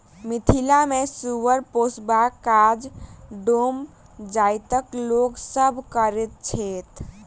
मिथिला मे सुगर पोसबाक काज डोम जाइतक लोक सभ करैत छैथ